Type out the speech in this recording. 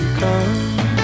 come